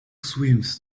swims